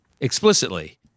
explicitly-